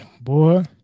boy